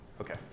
Okay